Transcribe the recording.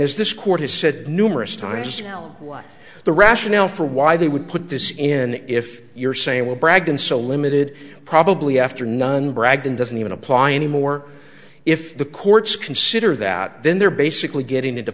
as this court has said numerous times you know what the rationale for why they would put this in if you're saying will brag and so limited probably after nine bragdon doesn't even apply anymore if the courts consider that then they're basically getting into